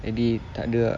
jadi tak ada ah